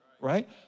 right